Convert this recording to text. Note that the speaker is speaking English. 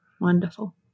Wonderful